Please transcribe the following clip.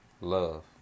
love